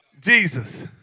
Jesus